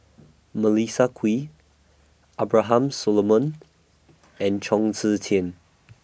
Melissa Kwee Abraham Solomon and Chong Tze Chien